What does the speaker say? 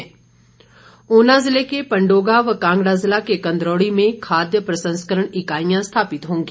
उद्योग इकाईयां ऊना जिले के पंडोगा व कांगड़ा जिला के कंदरौड़ी में खाद्य प्रसंस्करण इकाईयां स्थापित होगी